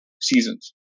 seasons